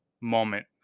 moment